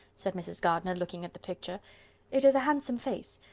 said mrs. gardiner, looking at the picture it is a handsome face.